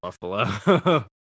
buffalo